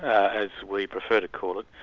as we prefer to call it,